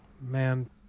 Man